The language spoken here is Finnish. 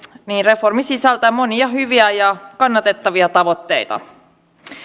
reformi sisältää monia hyviä ja kannatettavia tavoitteita